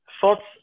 Thoughts